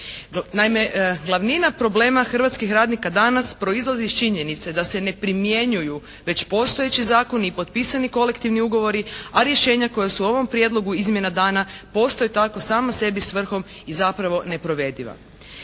Naime glavnina problema hrvatskih radnika danas proizlazi iz činjenice da se ne primjenjuju već postojeći zakoni i potpisani kolektivni ugovori a rješenja koja su u ovom prijedlogu izmjena dana postaju tako sama sebi svrhom i zapravo neprovediva.